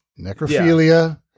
necrophilia